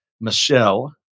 Michelle